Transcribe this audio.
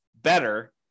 better